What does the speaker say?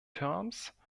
turmes